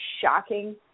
shocking